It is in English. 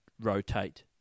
rotate